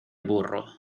burro